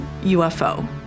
UFO